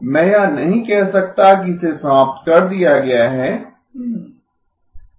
मैं यह नहीं कह सकता कि इसे समाप्त कर दिया गया है